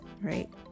right